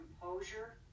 composure